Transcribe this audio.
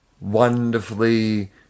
wonderfully